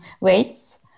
weights